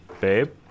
Babe